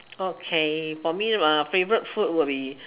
okay for me favourite food would be